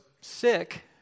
sick